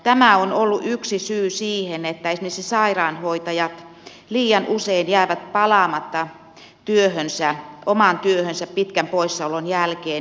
tämä on ollut yksi syy siihen että esimerkiksi sairaanhoitajat liian usein jäävät palaamatta omaan työhönsä pitkän poissaolon jälkeen